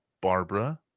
barbara